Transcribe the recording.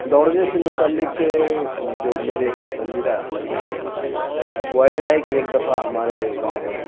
دوڑنے سے متعلق جو میرے پسندیدہ لطیفے ہیں وہ ایسا ہے کہ ایک دفعہ ہمارے گاؤں میں